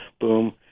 boom